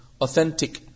authentic